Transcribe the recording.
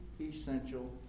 essential